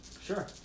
Sure